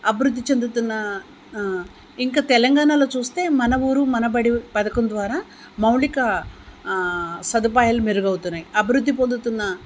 అభివృద్ధి చెందుతున్న ఇంకా తెలంగాణలో చూస్తే మన ఊరు మనబడి పథకం ద్వారా మౌలిక సదుపాయాలు మెరుగు అవుతున్నాయి అభివృద్ధి పొందుతున్న